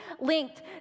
linked